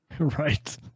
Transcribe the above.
Right